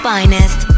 Finest